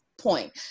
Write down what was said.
point